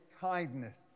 kindness